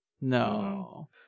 no